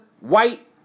white